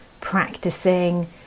Practicing